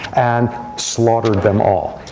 and slaughtered them all.